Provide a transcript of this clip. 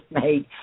made